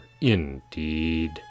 indeed